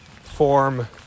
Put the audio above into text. form